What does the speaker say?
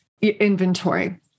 inventory